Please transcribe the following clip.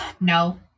No